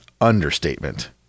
understatement